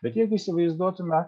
bet jeigu įsivaizduotume